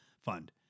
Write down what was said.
fund